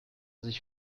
sich